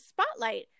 spotlight